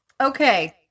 Okay